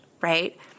right